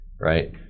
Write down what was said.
right